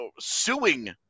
suing